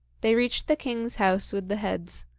they reached the king's house with the heads.